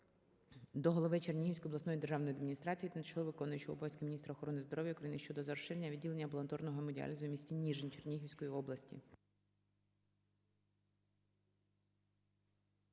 до голови Чернігівської обласної державної адміністрації, тимчасово виконуючої обов'язки міністра охорони здоров'я України щодо розширення відділення амбулаторного гемодіалізу у місті Ніжин Чернігівської області.